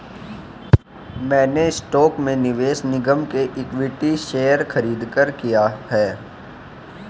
मैंने स्टॉक में निवेश निगम के इक्विटी शेयर खरीदकर किया है